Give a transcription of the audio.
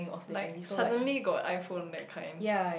like suddenly got iPhone that kind